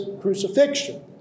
crucifixion